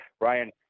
Ryan